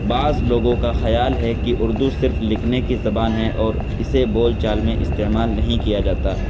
بعض لوگوں کا خیال ہے کہ اردو صرف لکھنے کی زبان ہے اور اسے بول چال میں استعمال نہیں کیا جاتا